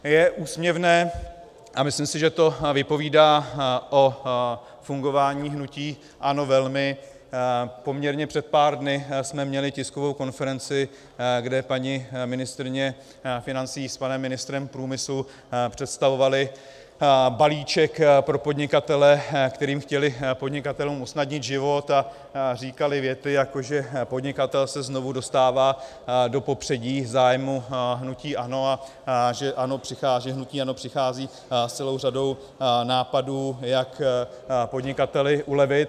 Je úsměvné a myslím si, že to vypovídá o fungování hnutí ANO velmi, poměrně před pár dny jsme měli tiskovou konferenci, kde paní ministryně financí s panem ministrem průmyslu představovali balíček pro podnikatele, kterým chtěli podnikatelům usnadnit život, a říkali věty, jako že podnikatel se znovu dostává do popředí zájmu hnutí ANO a že hnutí ANO přichází s celou řadou nápadů, jak podnikateli ulevit.